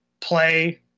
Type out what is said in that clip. play